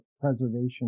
preservation